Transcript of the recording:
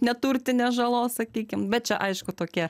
neturtinės žalos sakykim bet čia aišku tokie